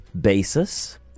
basis